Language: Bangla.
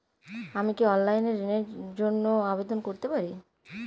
আমি কি অনলাইন এ ঋণ র জন্য আবেদন করতে পারি?